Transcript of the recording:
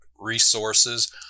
resources